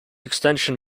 extension